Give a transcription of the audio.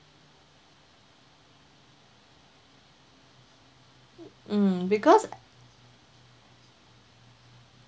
mm because